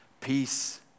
Peace